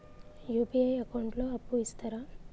UPI account లో అప్పు ఇస్తరా?